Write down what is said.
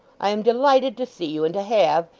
i am delighted to see you, and to have,